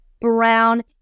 brown